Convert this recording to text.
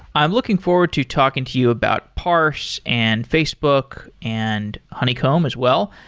i'm looking forward to talking to you about parse and facebook and honeycomb as well.